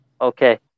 Okay